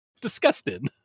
disgusting